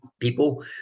people